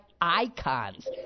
icons